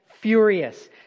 furious